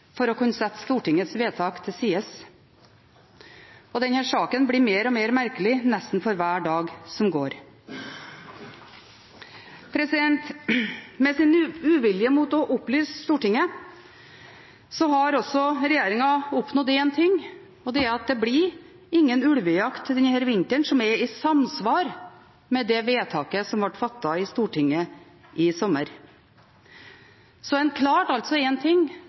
for å kunne sette Stortingets vedtak til side. Denne saken blir mer og mer merkelig nesten for hver dag som går. Med sin uvilje mot å opplyse Stortinget har regjeringen oppnådd én ting, og det er at det blir ingen ulvejakt denne vinteren som er i samsvar med det vedtaket som ble fattet i Stortinget i sommer. Så man klarte altså én ting,